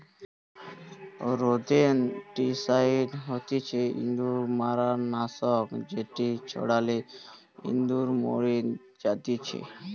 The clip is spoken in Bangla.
রোদেনটিসাইড হতিছে ইঁদুর মারার নাশক যেটি ছড়ালে ইঁদুর মরি জাতিচে